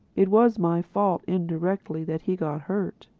it was my fault, indirectly, that he got hurt.